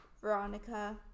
Veronica